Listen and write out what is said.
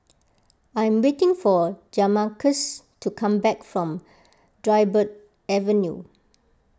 I am waiting for Jamarcus to come back from Dryburgh Avenue